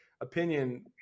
opinion